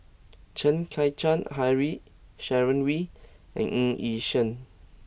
Chen Kezhan Henri Sharon Wee and Ng Yi Sheng